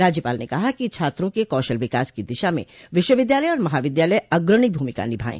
राज्यपाल ने कहा कि छात्रों के कौशल विकास कि दिशा में विश्वविद्यालय और महाविद्यालय अग्रणी भूमिका निभायें